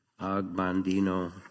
Agbandino